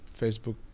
Facebook